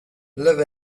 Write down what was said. live